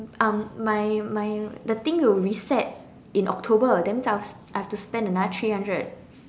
um my my the thing will reset in October that means I have I have to spend another three hundred